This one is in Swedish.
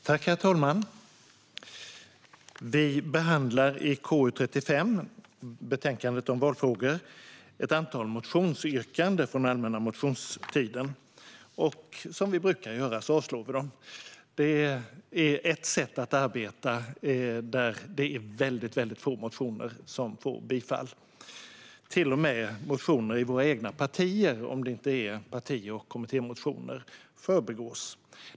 Herr talman! Vi behandlar i betänkandet KU35, Valfrågor , ett antal motionsyrkanden från allmänna motionstiden. Som vi brukar göra avslår vi dem. Det är ett sätt att arbeta där det är väldigt få motioner som får bifall. Till och med motioner i våra egna partier, om det inte är parti och kommittémotioner, förbigås.